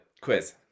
quiz